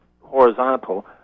horizontal